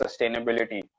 Sustainability